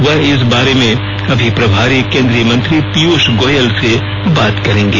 वह इस बारे में अभी प्रभारी केंद्रीय मंत्री पीयूष गोयल से बात करेंगे